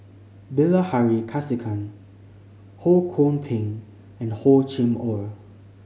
Bilahari Kausikan Ho Kwon Ping and Hor Chim Or